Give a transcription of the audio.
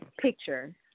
picture